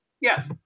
Yes